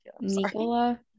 Nicola